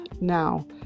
Now